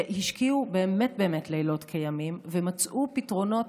שהשקיעו באמת באמת לילות כימים ומצאו פתרונות